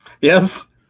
yes